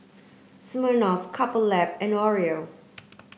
Smirnoff Couple Lab and Oreo